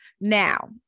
Now